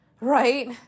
Right